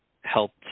helped